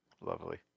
Lovely